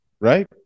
right